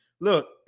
Look